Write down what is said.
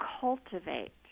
cultivate